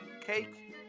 cake